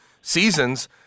seasons –